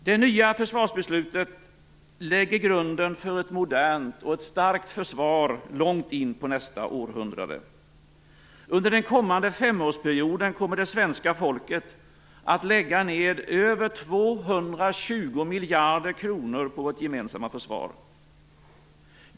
Det nya försvarsbeslutet lägger grunden för ett modernt och starkt försvar långt in på nästa århundrade. Under den kommande femårsperioden kommer det svenska folket att lägga ned över 220 miljarder kronor på sitt gemensamma försvar.